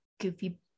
goofy